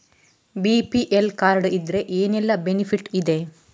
BPL card ಇದ್ರೆ ಏನೆಲ್ಲ benefit ಇದೆ?